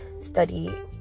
Study